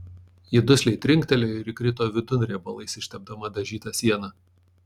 ji dusliai trinktelėjo ir įkrito vidun riebalais ištepdama dažytą sieną